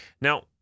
now